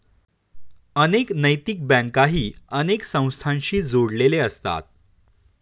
अनेक नैतिक बँकाही अनेक संस्थांशी जोडलेले असतात